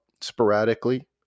sporadically